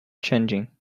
changing